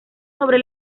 sobre